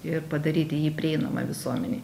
ir padaryti jį prieinamą visuomenei